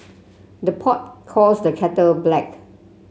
the pot calls the kettle black